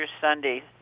Sunday